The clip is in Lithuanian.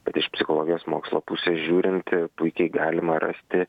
bet iš psichologijos mokslo pusės žiūrint puikiai galima rasti